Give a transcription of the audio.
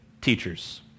teachers